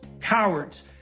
cowards